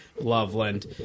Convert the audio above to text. Loveland